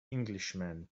englishman